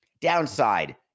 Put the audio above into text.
Downside